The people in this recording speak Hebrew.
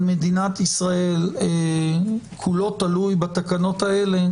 מדינת ישראל כולו תלוי בתקנות האלה,